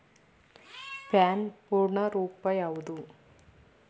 PAN ಪೂರ್ಣ ರೂಪ ಯಾವುದು?